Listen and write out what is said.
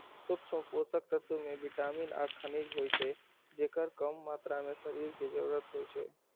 सूक्ष्म पोषक तत्व मे विटामिन आ खनिज होइ छै, जेकर कम मात्रा मे शरीर कें जरूरत होइ छै